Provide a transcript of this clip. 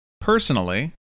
Personally